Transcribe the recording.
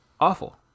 Awful